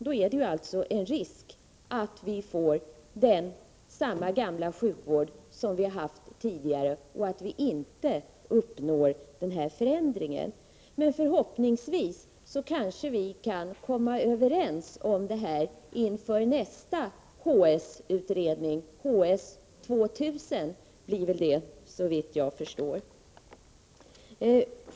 Det finns alltså en risk för att vi får samma gamla sjukvård som vi har haft tidigare och inte uppnår den önskade förändringen. Men förhoppningsvis kanske vi kan komma överens om detta inom nästa HS-utredning — det blir så vitt jag förstår HS 2000.